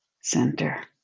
center